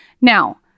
Now